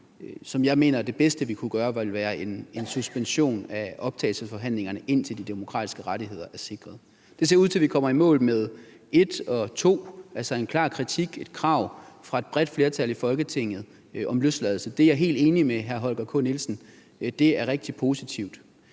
Og jeg mener, det bedste, vi kunne gøre, ville være en suspension af optagelsesforhandlingerne, indtil de demokratiske rettigheder er sikret. Det ser ud til, at vi kommer i mål med de første to ting, altså en klar kritik og et krav fra et bredt flertal i Folketinget om løsladelse. Det er jeg helt enig med hr. Holger K. Nielsen i, det er rigtig positivt.